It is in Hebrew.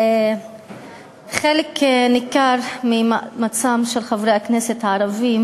חלק ניכר ממצעם של חברי הכנסת הערבים